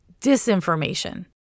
disinformation